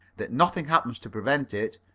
that nothing happens to prevent it,